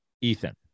Ethan